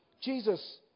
Jesus